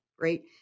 right